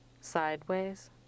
Sideways